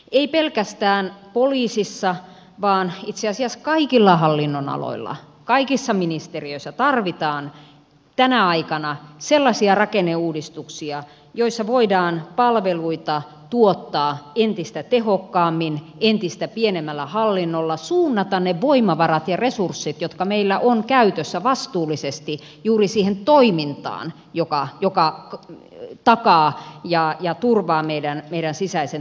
ei pelkästään poliisissa vaan itse asiassa kaikilla hallinnonaloilla kaikissa ministeriöissä tarvitaan tänä aikana sellaisia rakenneuudistuksia joissa voidaan palveluita tuottaa entistä tehokkaammin entistä pienemmällä hallinnolla suunnata ne voimavarat ja resurssit jotka meillä on käytössä vastuullisesti juuri siihen toimintaan joka takaa ja turvaa meidän sisäisen turvallisuutemme